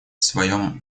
своем